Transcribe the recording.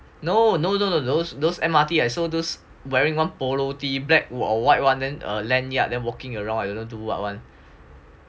no no no no those those M_R_T I saw those wearing one polo tee black or white [one] then a landyard then walking around don't know do what [one]